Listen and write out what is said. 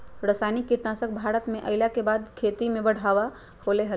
रासायनिक कीटनासक भारत में अइला के बाद से खेती में बढ़ावा होलय हें